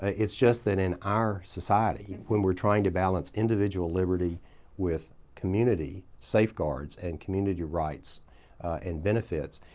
it's just that in our society when we're trying to balance individual liberty with community safeguards and community rights and benefit,